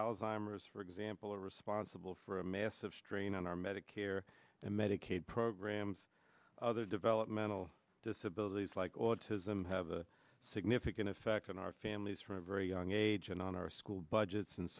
alzheimer's for example are responsible for a massive strain on our medicare medicaid programs other developmental disabilities like autism have a significant effect on our families from a very young age and on our school budgets and